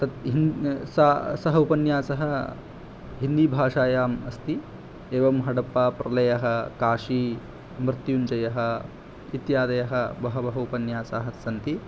तत् हिन् सा सः उपन्यासः हिन्दीभाषायाम् अस्ति एवं हडप्प प्रलयः काशी मृत्युञ्जयः इत्यादयः बहवः उपन्यासाः स्सन्ति